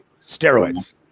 Steroids